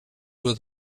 were